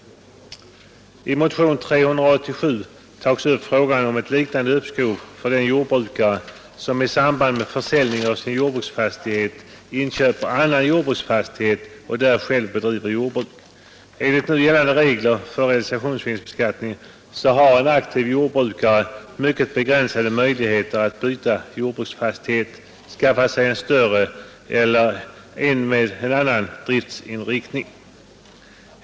I motionen 387 tas upp frågan om ett liknande uppskov för den jordbrukare som i samband med försäljningen av sin jordbruksfastighet inköper annan jordbruksfastighet och där själv bedriver jordbruk. Enligt nu gällande regler för realisationsvinstbeskattning har en aktiv jordbrukare mycket begränsade möjligheter att byta jordbruksfastighet, skaffa sig en större eller en med annan driftsinriktning.